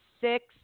six